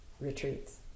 retreats